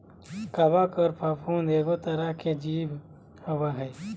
कवक आर फफूंद एगो तरह के जीव होबय हइ